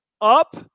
Up